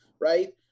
right